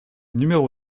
numéro